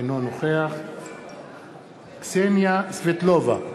אינו נוכח קסניה סבטלובה,